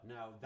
Now